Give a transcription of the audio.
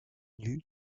nus